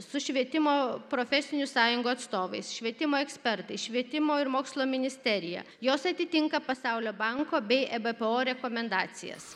su švietimo profesinių sąjungų atstovais švietimo ekspertais švietimo ir mokslo ministerija jos atitinka pasaulio banko bei ebpo rekomendacijas